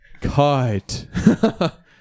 Cut